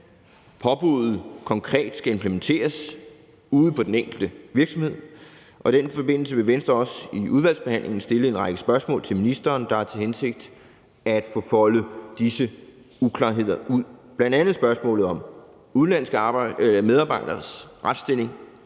påbuddet konkret skal implementeres ude på den enkelte virksomhed, og i den forbindelse vil Venstre også i udvalgsbehandlingen stille en række spørgsmål til ministeren med henblik på at få foldet disse uklarheder ud. Det er bl.a. spørgsmålet om udenlandske medarbejderes retsstilling